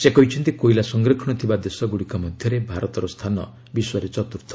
ସେ କହିଛନ୍ତି କୋଇଲା ସଂରକ୍ଷଣ ଥିବା ଦେଶଗୁଡ଼ିକ ମଧ୍ୟରେ ଭାରତର ସ୍ଥାନ ବିଶ୍ୱରେ ଚତୁର୍ଥ